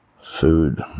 food